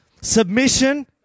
submission